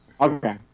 okay